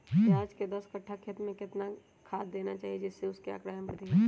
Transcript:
प्याज के दस कठ्ठा खेत में कितना खाद देना चाहिए जिससे उसके आंकड़ा में वृद्धि हो?